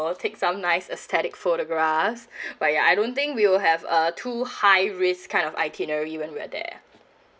I'll take some nice aesthetic photograph but ya I don't think we will have uh too high risk kind of itinerary when we're there